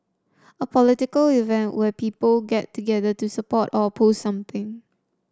a political event where people get together to support or oppose something